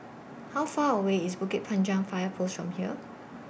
How Far away IS Bukit Panjang Fire Post from here